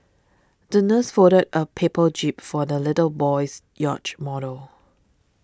the nurse folded a paper jib for the little boy's yacht model